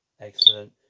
Excellent